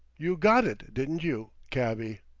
you got it, didn't you, cabby?